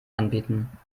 anbieten